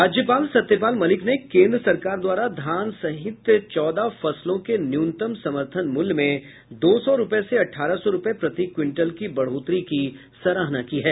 राज्यपाल सत्यपाल मलिक ने केन्द्र सरकार द्वारा धान सहित चौदह फसलों के न्यूनतम समर्थन मूल्य में दो सौ रूपये से अठारह सौ रूपये प्रति क्विंटल की बढोतरी की सराहना की है